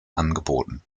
angeboten